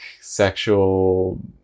sexual